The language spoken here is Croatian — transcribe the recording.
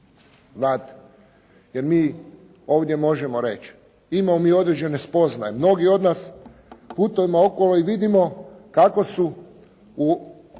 Znate. Jer mi ovdje možemo reći imamo mi određene spoznaje, mnogi od nas putuju okolo i vidimo kako su u